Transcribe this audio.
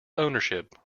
ownership